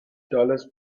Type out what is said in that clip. dollars